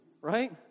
right